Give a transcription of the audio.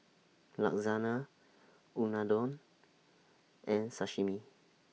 Lasagne Unadon and Sashimi